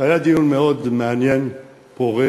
היה דיון מאוד מעניין, פורה